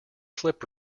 slip